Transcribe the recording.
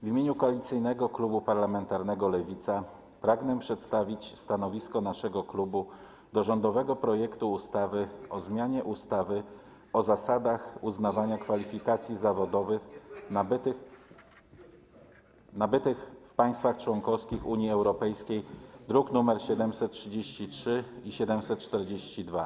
W imieniu Koalicyjnego Klubu Parlamentarnego Lewicy pragnę przedstawić stanowisko naszego klubu wobec rządowego projektu ustawy o zmianie ustawy o zasadach uznawania kwalifikacji zawodowych nabytych w państwach członkowskich Unii Europejskiej, druki nr 733 i 742.